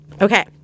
Okay